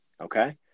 okay